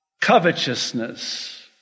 covetousness